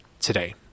today